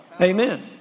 Amen